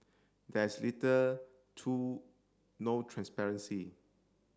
there is little to no transparency